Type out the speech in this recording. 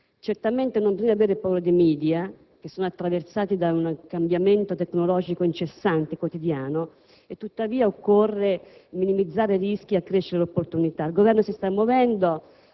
Certamente non bisogna avere paura dei *media*, che sono attraversati da un cambiamento tecnologico incessante, quotidiano e tuttavia occorre minimizzare i rischi e accrescere le opportunità. Il Governo, anche con